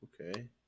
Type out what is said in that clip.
Okay